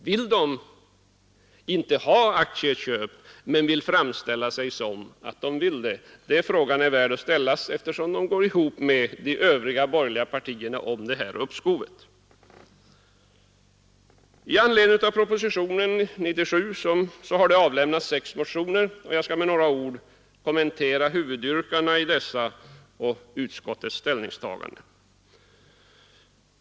Vill den ha aktieköp eller inte? Den frågan är värd att ställas, eftersom centern går ihop med de övriga borgerliga partierna om det här uppskovet. I anledning av propositionen har avlämnats sex motioner, och jag vill med några ord kommentera huvudyrkandena i dessa samt utskottets ställningstagande.